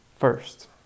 First